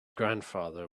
grandfather